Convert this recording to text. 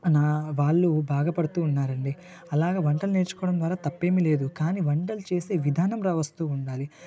నా వాళ్ళు బాధ పడతూ ఉన్నారండి అలాగా వంటలు నేర్చుకోవడం ద్వారా తప్పేమీ లేదు కానీ వంటలు చేసే విధానం వస్తు ఉండాలి